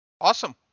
Awesome